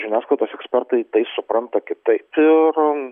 žiniasklaidos ekspertai tai supranta kitaip ir